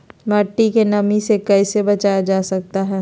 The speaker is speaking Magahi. मट्टी के नमी से कैसे बचाया जाता हैं?